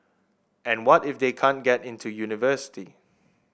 and what if they can't get into university